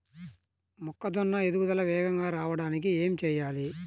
మొక్కజోన్న ఎదుగుదల వేగంగా రావడానికి ఏమి చెయ్యాలి?